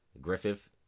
Griffith